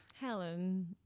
helen